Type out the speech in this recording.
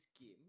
game